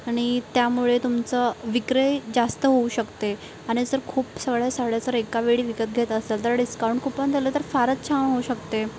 आणि त्यामुळे तुमचं विक्री जास्त होऊ शकते आणि जर खूप साऱ्या साड्या जर एका वेळी विकत घेत असेल तर डिस्काउंट कुपन दिलं तर फारच छान होऊ शकते